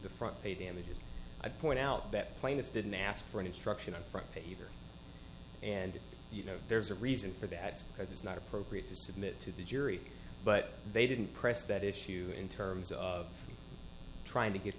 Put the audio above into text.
the front page damages i'd point out that plaintiffs didn't ask for an instruction up front page or and you know there's a reason for that because it's not appropriate to submit to the jury but they didn't press that issue in terms of trying to get